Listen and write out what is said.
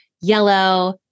yellow